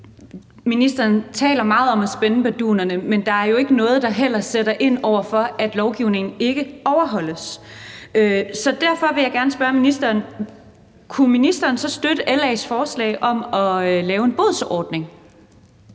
Ministeren taler meget om at spænde bardunerne, men der er jo ikke noget, der sætter ind over for, at lovgivningen ikke overholdes. Derfor vil jeg gerne spørge ministeren: Kunne ministeren så støtte LA's forslag om at lave en bodsordning?